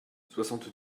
soixante